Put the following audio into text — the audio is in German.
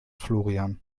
florian